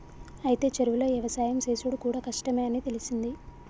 అయితే చెరువులో యవసాయం సేసుడు కూడా కష్టమే అని తెలిసింది